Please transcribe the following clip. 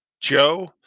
Joe